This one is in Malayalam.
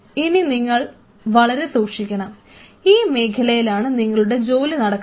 ഇനി നിങ്ങൾ വളരെ സൂക്ഷിക്കണം ഈ മേഖലയിലാണ് നിങ്ങളുടെ ജോലി നടക്കുന്നത്